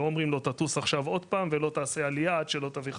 אנחנו לא אומרים לו תטוס עכשיו עוד פעם ולא תעשה עלייה עד שלא תביא חדש.